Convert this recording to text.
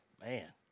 man